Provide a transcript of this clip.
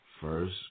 first